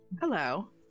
hello